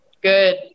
Good